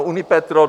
Unipetrol